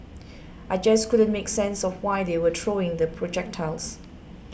I just couldn't make sense of why they were throwing the projectiles